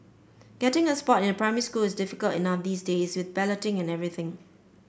getting a spot in a primary school is difficult enough these days with balloting and everything